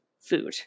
food